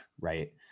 right